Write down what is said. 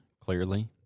clearly